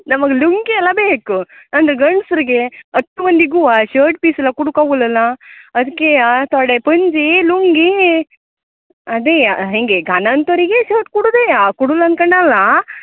ನಮಗೆ ಲುಂಗಿ ಎಲ್ಲ ಬೇಕು ಅಂದ್ರೆ ಗಂಡಸ್ರಿಗೆ ಹತ್ತು ಮಂದಿಗು ಶರ್ಟ್ ಪೀಸ್ ಎಲ್ಲ ಕೊಡೋಕಾಗೊಲಲಾ ಅದ್ಕೆ ಆತೊಡೆ ಪಂಚೆ ಲುಂಗೀ ಅದೆಯಾ ಹೆಂಗೆ ಗಾನಂತವರಿಗೆ ಶರ್ಟ್ ಕೊಡೋದೆಯಾ ಕೊಡಲ್ ಅನ್ಕೊಂಡ್ ಅಲ್ಲ